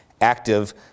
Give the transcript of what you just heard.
active